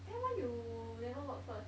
then why you never work first